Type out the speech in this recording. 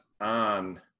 on